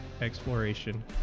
exploration